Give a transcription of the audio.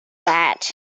that